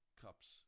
cups